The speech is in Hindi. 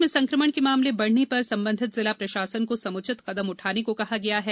प्रदेश में संक्रमण के मामले बढ़ने पर संबंधित जिला प्रशासन को समुचित कदम उठाने को कहा गया है